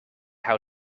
how